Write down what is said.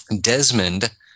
Desmond